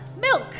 milk